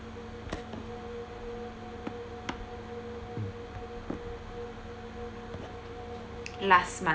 last month